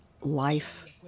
life